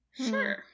Sure